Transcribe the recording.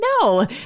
no